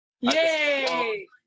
Yay